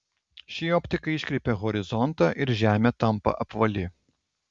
ši optika iškreipia horizontą ir žemė tampa apvali